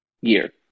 year